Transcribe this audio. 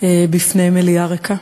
בפני מליאה ריקה.